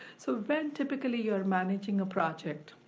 so when typically you're managing a project,